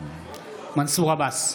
מנסור עבאס,